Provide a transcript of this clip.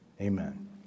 amen